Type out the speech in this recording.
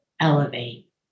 elevate